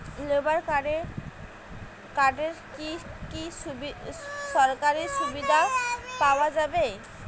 Labour কার্ডে কি কি সরকারি সুবিধা পাওয়া যাবে?